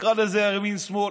תקרא לזה ימין שמאל,